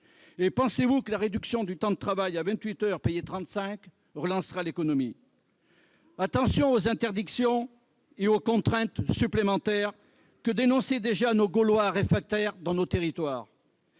? Pensez-vous que la réduction du temps de travail à 28 heures payées 35 heures relancera l'économie ? Attention aux interdictions et aux contraintes supplémentaires, que dénonçaient déjà nos « Gaulois réfractaires » dans nos territoires